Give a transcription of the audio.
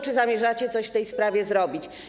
Czy zamierzacie coś w tej sprawie zrobić?